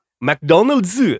McDonald's